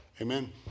Amen